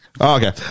Okay